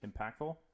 impactful